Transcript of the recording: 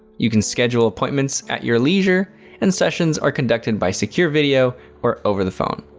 you can schedule appointments at your leisure and sessions are conducted by secure video or over the phone.